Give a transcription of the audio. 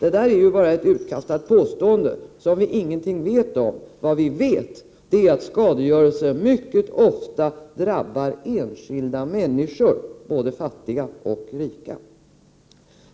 Det där är ju bara ett utkastat påstående. Det vet vi ingenting om, vad vi vet är att skadegörelse mycket ofta drabbar enskilda människor, både fattiga och rika.